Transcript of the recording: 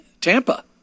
Tampa